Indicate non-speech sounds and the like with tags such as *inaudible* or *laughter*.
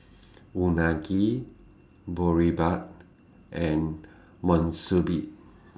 Unagi Boribap and *unintelligible*